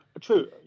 true